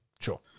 sure